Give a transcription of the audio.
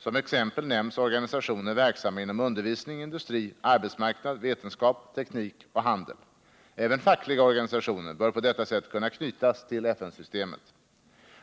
Som exempel nämns organisationer verksamma inom undervisning, industri, arbetsmarknad, vetenskap, teknik och handel. Även fackliga organisationer bör på detta sätt kunna knytas till FN-systemet.